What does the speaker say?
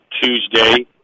Tuesday